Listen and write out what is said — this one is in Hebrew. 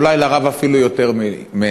אולי לרב אפילו יותר ממני.